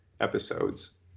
episodes